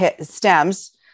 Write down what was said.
stems